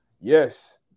Yes